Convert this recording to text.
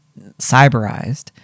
cyberized